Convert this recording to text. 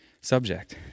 subject